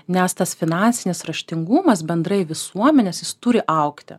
nes tas finansinis raštingumas bendrai visuomenės jis turi augti